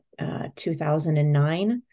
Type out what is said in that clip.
2009